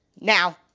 now